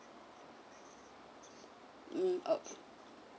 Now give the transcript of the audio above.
mm oh